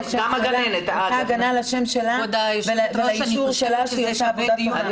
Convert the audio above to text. גם כל גננת רוצה הגנה על השם שלה ולאישור שלה שהיא עושה עבודה טובה.